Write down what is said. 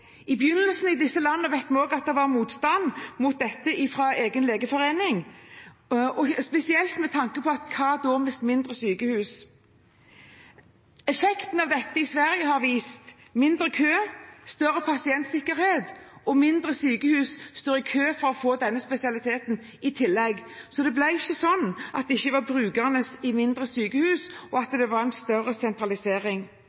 I begynnelsen – det vet vi også – var det motstand i disse landene mot dette fra egne legeforeninger, spesielt med tanke på: Hva da med mindre sykehus? Effekten av dette i Sverige har vist seg som mindre kø, større pasientsikkerhet, og at mindre sykehus står i kø for å få denne spesialiteten i tillegg. Så det ble ikke sånn at det ikke var brukbart i mindre sykehus, og at det var en større sentralisering.